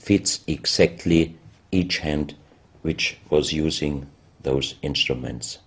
fits exactly each hand which was using those instruments